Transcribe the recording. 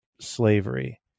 slavery